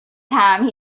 time